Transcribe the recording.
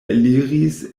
eliris